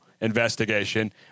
investigation